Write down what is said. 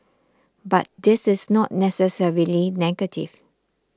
but this is not necessarily negative